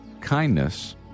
kindness